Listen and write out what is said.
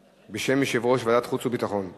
הצעת חוק תשלומים לפדויי שבי